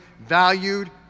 valued